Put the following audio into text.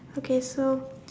okay so